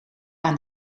aan